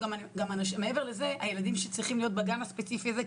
גם מעבר לזה הילדים שצריכים להיות בגן הספציפי הזה,